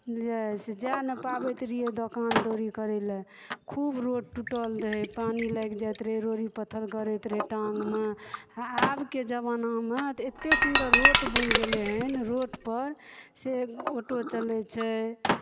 जाय नहि पाबैत रहिए दोकान दौरी करय लए खूब रोड टूटल रहय पानि लागि जाइत रहै रोड़ी पत्थर गरैत रहै टांग मे आब के ज़माना मे तऽ एते सुन्दर रोड बनि गेलै हन रोड पर से ऑटो चलै छै